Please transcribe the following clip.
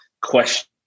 question